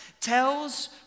tells